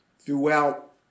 Throughout